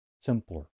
simpler